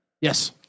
Yes